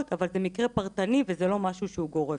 אבל זה מקרה פרטני וזה לא משהו שהוא גורף.